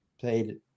played